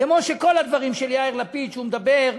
כמו שכל הדברים של יאיר לפיד, שהוא מדבר עליהם,